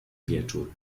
wieczór